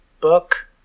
book